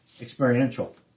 experiential